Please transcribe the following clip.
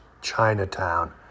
Chinatown